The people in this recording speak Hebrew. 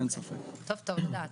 טוב לדעת.